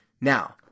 Now